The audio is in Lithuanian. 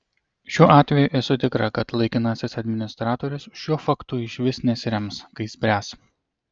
šiuo atveju esu tikra kad laikinasis administratorius šiuo faktu išvis nesirems kai spręs